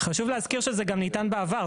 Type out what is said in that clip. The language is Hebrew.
חשוב להזכיר שזה גם ניתן בעבר.